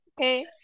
Okay